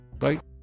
Right